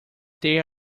they